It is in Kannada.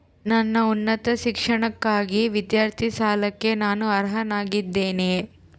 ನನ್ನ ಉನ್ನತ ಶಿಕ್ಷಣಕ್ಕಾಗಿ ವಿದ್ಯಾರ್ಥಿ ಸಾಲಕ್ಕೆ ನಾನು ಅರ್ಹನಾಗಿದ್ದೇನೆಯೇ?